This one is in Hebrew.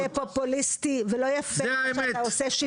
זה פופוליסטי, זה לא יפה שאתה עושה.